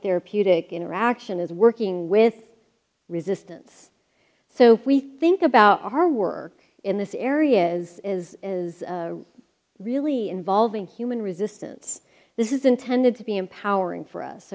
psychotherapeutic interaction is working with resistance so we think about our work in this area is is is really involving human resistance this is intended to be empowering for us